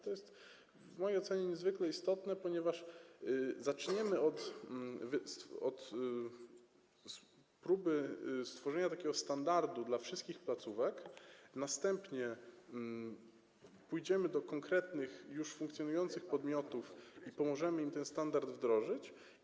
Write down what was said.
To jest w mojej ocenie niezwykle istotne, ponieważ zaczniemy od próby stworzenia standardu dla wszystkich placówek, następnie pójdziemy do konkretnych, już funkcjonujących podmiotów i pomożemy im ten standard wdrożyć.